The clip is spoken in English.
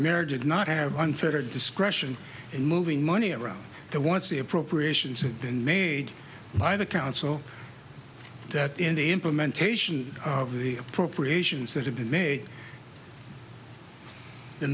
marriage would not have unfettered discretion in moving money around the once the appropriations have been made by the council that in the implementation of the appropriations that have been made the